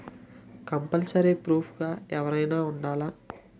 Compulsory proof గా ఎవరైనా ఉండాలా?